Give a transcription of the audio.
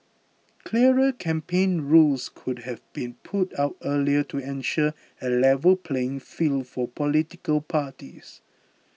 clearer campaign rules could have been put out earlier to ensure a level playing field for political parties